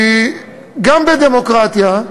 כי גם בדמוקרטיה,